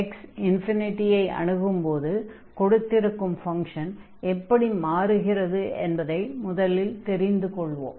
x ∞ ஐ அணுகும்போது கொடுத்திருக்கும் ஃபங்ஷன் எப்படி மாறுகிறது என்பதை முதலில் தெரிந்து கொள்வோம்